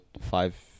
five